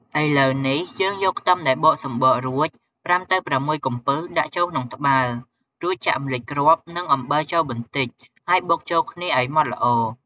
ឥឡូវនេះ យើងយកខ្ទឹមដែលបកសំបករួច ៥ទៅ៦ កំពឹសដាក់ចូលក្នុងត្បាល់ រួចចាក់ម្រេចគ្រាប់ និងអំបិលចូលបន្តិច ហើយបុកចូលគ្នាឲ្យម៉ដ្ឋល្អ។